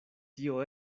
tio